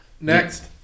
Next